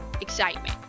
excitement